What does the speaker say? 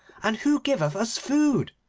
and who giveth us food